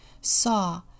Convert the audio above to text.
saw